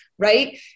right